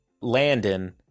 landon